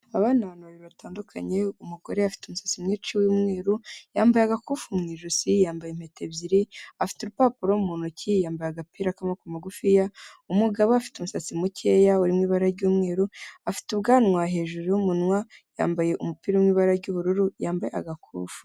Urabona abantu babiri batandukanye umugore afite umusatsi mwinshi y'umweru yambaye agakufu mu ijosi yambaye impeta ebyiri afite urupapuro mu ntoki yambaye agapira k'amaboko magufi ,umugabo afite umusatsi mukeya urimwo ibara ry'umweru afite ubwanwa hejuru y'umunwa yambaye umupira w'ibara ry'ubururu yambaye agakufu.